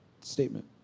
statement